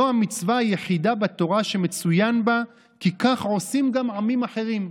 זו המצווה היחידה בתורה שמצוין בה כי כך עושים גם עמים אחרים.